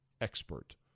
expert